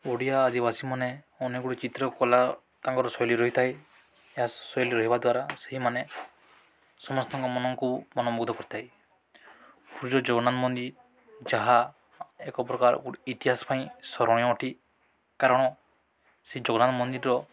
ଓଡ଼ିଆ ଆଦିବାସୀମାନେ ଅନେକ ଗୁଡ଼ିଏ ଚିତ୍ରକଲା ତାଙ୍କର ଶୈଳୀ ରହିଥାଏ ଏହା ଶୈଳୀ ରହିବା ଦ୍ୱାରା ସେହିମାନେ ସମସ୍ତଙ୍କ ମନକୁ ମନବୋଧ କରିଥାଏ ପୁରୁଜ ଜଗନ୍ନାଥ ମନ୍ଦିର ଯାହା ଏକ ପ୍ରକାର ଗୋଟେ ଇତିହାସ ପାଇଁ ସ୍ମରଣୀୟ ଅଟେ କାରଣ ସେ ଜଗନ୍ନାଥ ମନ୍ଦିରର